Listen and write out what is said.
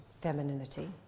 femininity